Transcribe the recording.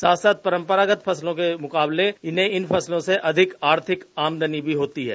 साथ साथ परम्परागत फसलों के मुकाबले इन्हें इन फसलों से अधिक आर्थिक आमदनी भी होती है